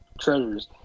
treasures